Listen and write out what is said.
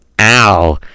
Ow